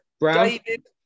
David